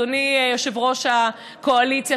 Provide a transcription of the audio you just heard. אדוני יושב-ראש הקואליציה,